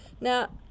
now